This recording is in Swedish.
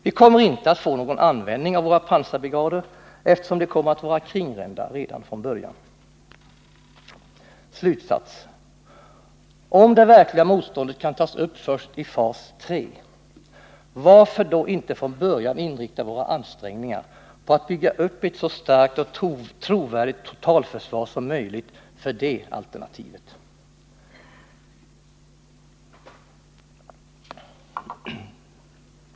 Vi kommer inte att få någon användning för våra pansarbrigader, eftersom de kommer att vara kringrända redan från början. Slutsatsen av detta blir då: Om det verkliga motståndet kan tas upp av oss först i fas tre, varför då inte från början inrikta ansträngningarna på att bygga upp ett så starkt och trovärdigt totalförsvar som möjligt för det alternativet?